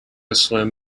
swim